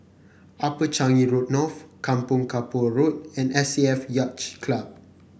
Upper Changi Road North Kampong Kapor Road and S A F Yacht Club